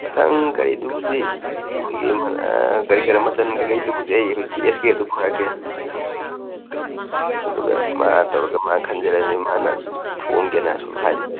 ꯃꯊꯪ ꯀꯔꯤꯗꯨꯕꯨꯗꯤ ꯑꯩꯈꯣꯏꯒꯤ ꯀꯔꯤ ꯀꯔꯤ ꯃꯆꯜ ꯀꯩꯀꯩꯗꯨꯕꯨꯗꯤ ꯑꯗꯨꯒ ꯃꯥ ꯇꯧꯔꯒ ꯃꯥ ꯈꯟꯖꯔꯅꯤ ꯃꯥꯅ ꯊꯣꯡꯒꯦꯅꯁꯨ ꯍꯥꯏꯕꯅꯤꯕ